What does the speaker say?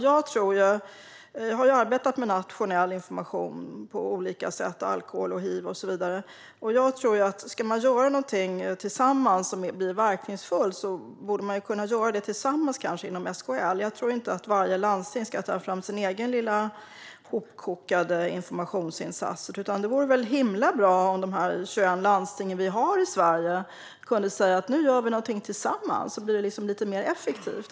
Jag har arbetat med nationell information på olika sätt om alkohol och hiv och så vidare, och jag tror att ska man göra någonting som blir verkningsfullt borde man göra det tillsammans inom SKL. Jag tror inte att varje landsting ska ta fram sin egen lilla hopkokade informationsinsats, utan det vore väl himla bra om de här 21 landstingen som vi har i Sverige kunde säga att man gör någonting tillsammans så att det blir lite mer effektivt.